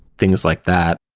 things like that.